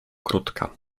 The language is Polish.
krótka